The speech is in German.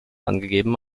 angegeben